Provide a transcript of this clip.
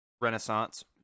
renaissance